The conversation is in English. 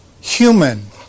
human